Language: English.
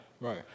right